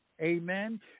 Amen